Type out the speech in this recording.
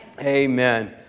Amen